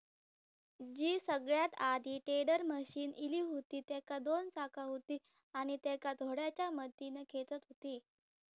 जी सगळ्यात आधी tedder machine इली हुती तेका दोन चाका हुती आणि तेका घोड्याच्या मदतीन खेचत हुते